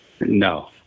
No